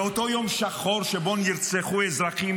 באותו יום שחור שבו נרצחו אזרחים,